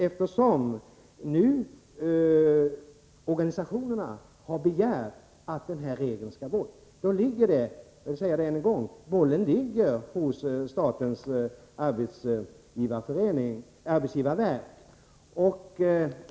Eftersom organisationerna nu har begärt att den här regeln skall bort, ligger bollen hos statens arbetsgivarverk.